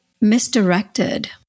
misdirected